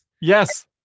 Yes